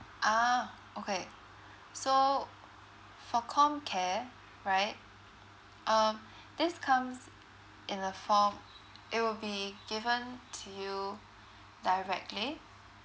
ah okay so for comcare right um this comes in the form it will be given to you directly